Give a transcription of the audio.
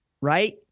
Right